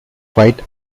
fight